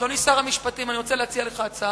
אדוני שר המשפטים, אני רוצה להציע לך הצעה.